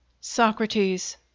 SOCRATES